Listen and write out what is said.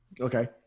Okay